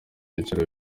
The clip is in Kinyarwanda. byiciro